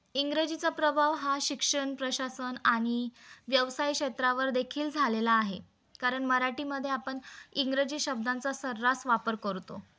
इंग्रजीचा प्रभाव हा शिक्षण प्रशासन आणि व्यवसाय क्षेत्रावर देखील झालेला आहे कारण मराठीमध्ये आपण इंग्रजी शब्दांचा सर्रास वापर करतो